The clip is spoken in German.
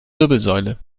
wirbelsäule